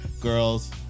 girls